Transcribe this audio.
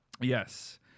Yes